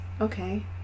Okay